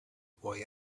boy